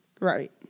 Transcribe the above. Right